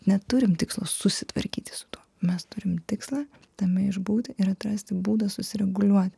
neturim tikslo susitvarkyti su tuo mes turim tikslą tame išbūti ir atrasti būdą susireguliuoti